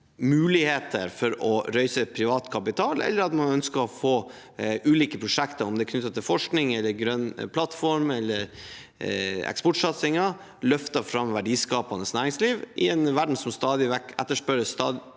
muligheter for å reise privat kapital, eller at man ønsker å få ulike prosjekter, om det er knyttet til forskning, grønn plattform eller eksportsatsinger, for å løfte fram verdiskapende næringsliv i en verden som stadig